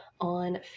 on